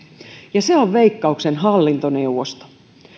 ja se on veikkauksen hallintoneuvosto